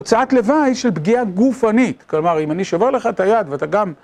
תוצאת לוואי של פגיעה גופנית, כלומר, אם אני שובר לך את היד ואתה גם...